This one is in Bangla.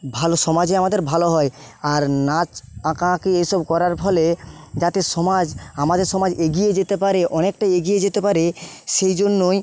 ভালো সমাজে আমাদের ভালো হয় আর নাচ আঁকা আঁকি এসব করার ফলে যাতে সমাজ আমাদের সমাজ এগিয়ে যেতে পারে অনেকটা এগিয়ে যেতে পারে সেই জন্যই